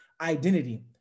identity